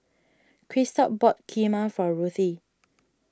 Christop bought Kheema for Ruthe